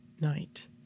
night